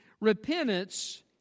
Repentance